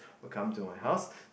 will come to my house